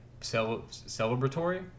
celebratory